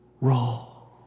roll